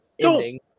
ending